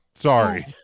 Sorry